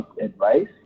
Advice